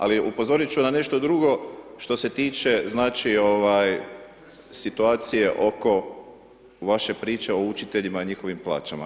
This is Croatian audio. Ali upozoriti ću na nešto drugo što se tiče znači situacije oko vaše priče o učiteljima i njihovim plaćama.